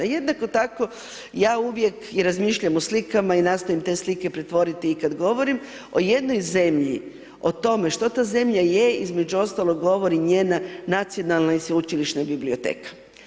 Jednako tako, ja uvijek i razmišljam o slikama i nastojim te slike pretvoriti i kad govorim o jednoj zemlji, o tome što ta zemlja je, između ostaloga, govori njena Nacionalna i Sveučilišna biblioteka.